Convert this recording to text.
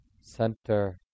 center